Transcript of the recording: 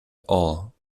all